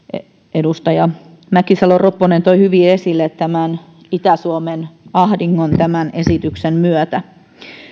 edustaja mäkisalo ropponen toi hyvin esille itä suomen ahdingon tämän esityksen myötä